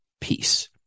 peace